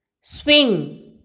Swing